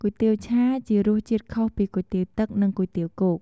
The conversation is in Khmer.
គុយទាវឆាជារសជាតិខុសពីគុយទាវទឹក និងគុយទាវគោក។